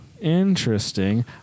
interesting